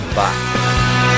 bye